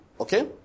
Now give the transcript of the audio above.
Okay